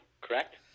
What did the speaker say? correct